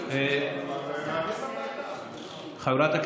זו תהיה החלטה של